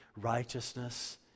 righteousness